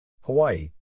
Hawaii